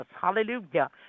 hallelujah